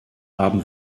haben